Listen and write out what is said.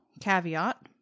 caveat